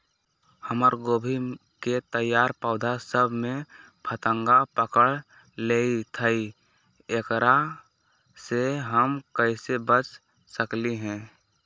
हमर गोभी के तैयार पौधा सब में फतंगा पकड़ लेई थई एकरा से हम कईसे बच सकली है?